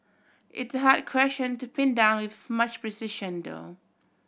it's a hard question to pin down with much precision though